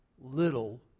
little